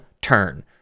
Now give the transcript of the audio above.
turn